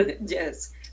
Yes